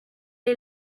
est